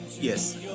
yes